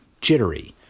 jittery